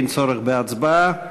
אין צורך בהצבעה.